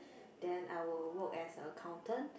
then I will work as accountant